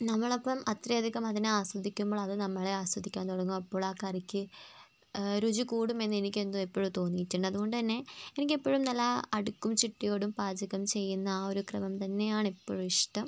നമ്മളപ്പം അത്രയധികം അതിനെ ആസ്വദിക്കുമ്പോൾ അത് നമ്മളെ ആസ്വദിക്കാൻ തുടങ്ങും അപ്പോൾ ആ കറിക്ക് രുചി കൂടുമെന്ന് എനിക്കെന്തോ എപ്പോഴോ തോന്നീട്ടുണ്ട് അതുകൊണ്ട് തന്നെ എനിക്കെപ്പോഴും നല്ല അടുക്കും ചിട്ടയോടും പാചകം ചെയ്യുന്ന ആ ഒരു ക്രമം തന്നെയാണ് എപ്പോഴും ഇഷ്ടം